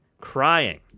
crying